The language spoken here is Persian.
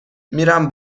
میرم